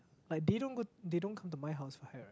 like they don't go they don't come to my house for Hari-Raya